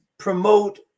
Promote